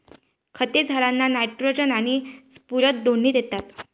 खते झाडांना नायट्रोजन आणि स्फुरद दोन्ही देतात